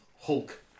Hulk